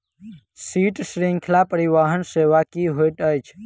शीत श्रृंखला परिवहन सेवा की होइत अछि?